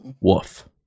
Woof